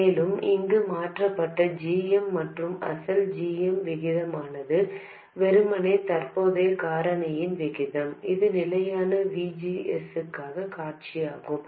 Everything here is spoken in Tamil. மேலும் இங்கு மாற்றப்பட்ட g m மற்றும் அசல் g m விகிதமானது வெறுமனே தற்போதைய காரணியின் விகிதம் இது நிலையான V G Sக்கான காட்சியாகும்